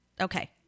Okay